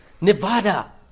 Nevada